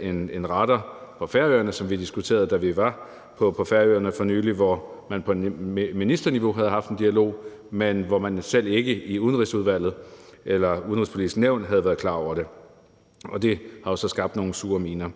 en radar på Færøerne, som vi diskuterede, da vi var på Færøerne for nylig, hvor man på ministerniveau havde haft en dialog, men hvor man selv ikke i Udenrigsudvalget eller Det Udenrigspolitiske Nævn havde været klar over det. Det har jo så skabt nogle sure miner.